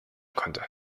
konnte